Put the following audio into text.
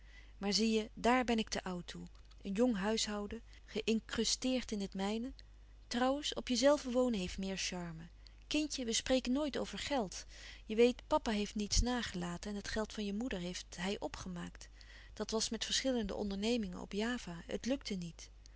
maar zie je daàr ben ik te oud toe een jong huishouden geincrusteerd in het mijne trouwens op jezelve wonen heeft meer charme kindje we spreken nooit over geld je weet papa heeft niets nagelaten en het geld van je moeder heeft hij opgemaakt dat was met verschillende ondernemingen op java het lukte niet